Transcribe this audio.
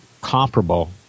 comparable